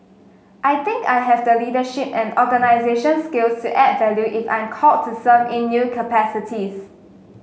I think I have the leadership and organisational skills to add value if I'm called to serve in new capacities